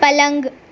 پلنگ